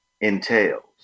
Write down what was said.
entails